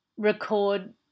record